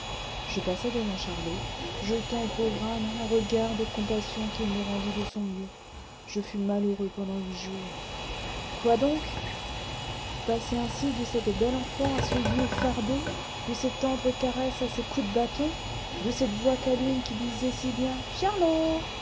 je passai devant charlot jetant au pauvre âne un regard de compassion qu'il me rendit de son mieux je fus malheureux pendant huit jours quoi donc passer ainsi de cette belle enfant à ce vil fardeau de ces tendres caresses à ces coups de bâton de cette voix câline qui disait si bien charlot